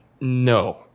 No